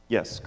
Yes